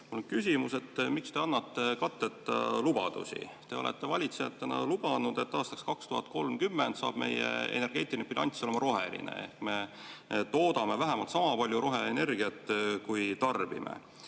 Mul on küsimus, miks te annate katteta lubadusi. Te olete, valitsejad, täna lubanud, et aastaks 2030 saab meie energeetiline bilanss olema roheline. Me toodame vähemalt sama palju roheenergiat, kui tarbime.